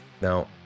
Now